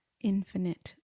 infinite